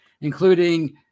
including